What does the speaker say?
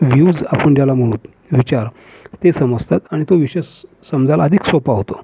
views आपण ज्याला म्हणूत् विचार ते समजतात आणि तो विषय स समजायला आधिक सोपा होतो